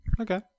Okay